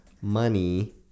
money